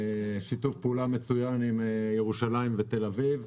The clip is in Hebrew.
שיתוף פעולה מצוין בין ירושלים לתל-אביב,